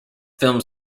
film